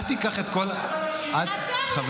אל תיקח את כל --- למה לא שינית את המצב?